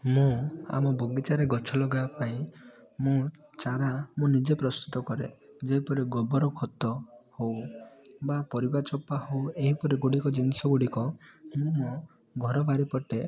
ମୁଁ ଆମ ବଗିଚାରେ ଗଛ ଲଗେଇବା ପାଇଁ ମୁଁ ଚାରା ମୁଁ ନିଜେ ପ୍ରସ୍ତୁତ କରେ ଯେପରି ଗୋବର ଖତ ହେଉ ବା ପରିବାଚୋପା ହେଉ ଏହିପରି ଗୁଡ଼ିକ ଜିନିଷ ଗୁଡ଼ିକ ମୁଁ ମୋ ଘର ବାରିପଟେ